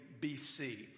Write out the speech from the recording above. BC